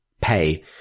pay